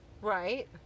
right